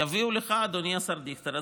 אדוני השר דיכטר,